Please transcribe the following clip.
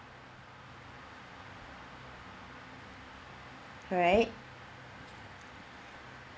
right